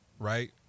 Right